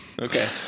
Okay